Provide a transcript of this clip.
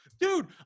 Dude